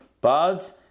Buds